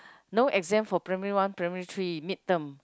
no exam for primary one primary three mid term